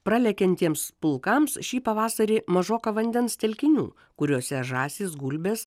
pralekiantiems pulkams šį pavasarį mažoka vandens telkinių kuriuose žąsys gulbės